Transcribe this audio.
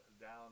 down